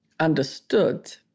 understood